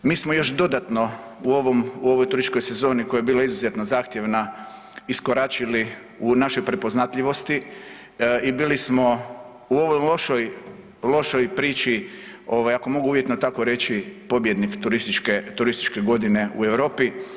Mi smo još dodatno u ovoj turističkoj sezoni koja je bila izuzetno zahtjevna iskoračili u našoj prepoznatljivosti i bili smo u ovoj lošoj priči, ako mogu uvjetno tako reći pobjednik turističke godine u Europi.